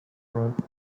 front